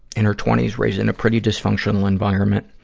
in her twenty s, raised in a pretty dysfunctional environment.